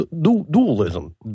Dualism